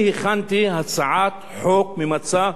אני הכנתי הצעת חוק ממצה,